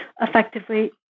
effectively